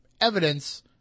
evidence